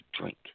drink